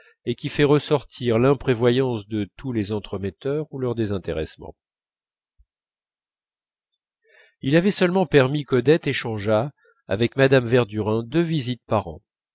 et qui fait ressortir l'imprévoyance de tous les entremetteurs ou leur désintéressement il avait seulement permis qu'odette échangeât avec mme verdurin deux visites par an